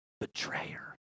betrayer